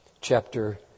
chapter